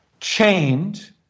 chained